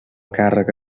càrrega